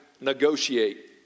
Negotiate